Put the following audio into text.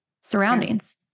surroundings